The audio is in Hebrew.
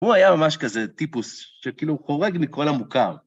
הוא היה ממש כזה טיפוס, כאילו הוא חורג מכל המוכר.